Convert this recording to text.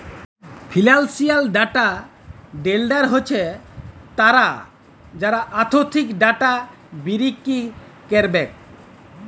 financial data vendor হছে তারা যারা আথ্থিক ডাটা বিক্কিরি ক্যারবেক